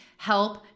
Help